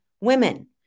women